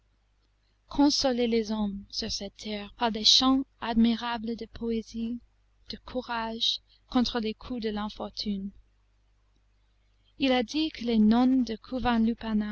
consoler les hommes sur cette terre par des chants admirables de poésie de courage contre les coups de l'infortune il a dit que les nonnes du